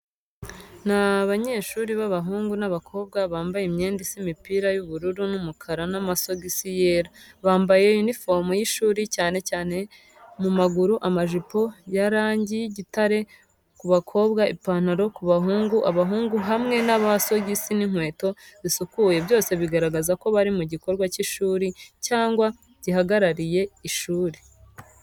Ni abanyeshuri b'abahungu n'abakobwa bambaye imyenda isa imipira y'ubururu n’umukara n’amasogisi yera. Bambaye uniforume y’ishuri, cyane cyane mu maguru amajipo ya rangi y’igitare ku bakobwa ipantaroo ku bahungu abahungu hamwe n’amasogisi n’inkweto zisukuye byose bigaragaza ko bari mu gikorwa cy’ishuri cyangwa gihagarariye ishuri.